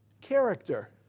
character